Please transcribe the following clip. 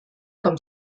comme